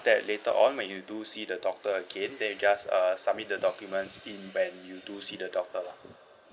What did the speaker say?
that later on when you do see the doctor again then you just err submit the documents in when you do see the doctor lah